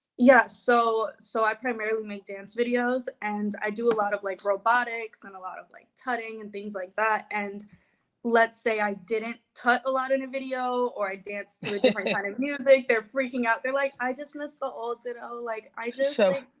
yeah so so i primarily make dance videos and i do a lot of like robotics and a lot of like tutting and things like that. and let's say i didn't tut a lot in a video, or i dance to a different kind of music, they're freaking out. they're like, i just missed the old ditto. like i so